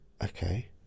okay